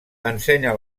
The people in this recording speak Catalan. ensenya